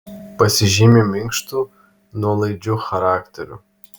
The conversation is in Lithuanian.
pasižymi minkštu nuolaidžiu charakteriu